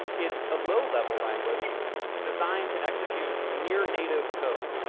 it's a low level language designed to execute near native code.